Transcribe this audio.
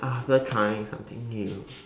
after trying something new